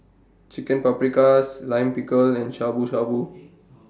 Chicken Paprikas Lime Pickle and Shabu Shabu